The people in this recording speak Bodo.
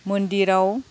मन्दिराव